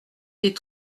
des